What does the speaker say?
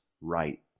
right